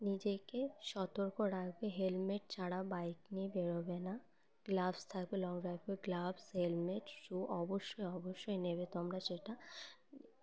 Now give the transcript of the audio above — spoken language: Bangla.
নিজেকে সতর্ক রাখবে হেলমেট ছাড়া বাইক নিয়ে বেরোবে না গ্লাভস থাকবে লং ড্রাইভের গ্লাভস হেলমেট শ্যু অবশ্যই অবশ্যই নেবে তোমরা সেটা